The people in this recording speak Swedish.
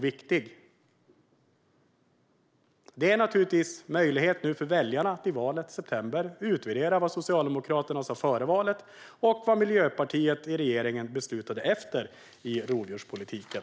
Valet i september ger väljarna möjlighet att utvärdera vad Socialdemokraterna sa före valet och vad Miljöpartiet i regeringen beslutade efter i rovdjurspolitiken.